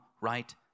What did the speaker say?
right